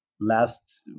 Last